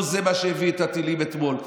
לא זה מה שהביא את הטילים אתמול.